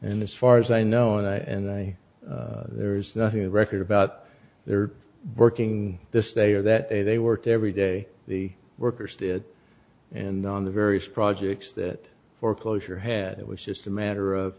and as far as i know and there's nothing to record about their working this day or that a they worked every day the workers did and on the various projects that foreclosure had it was just a matter of